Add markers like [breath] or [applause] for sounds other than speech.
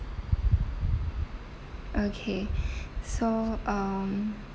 okay [breath] so um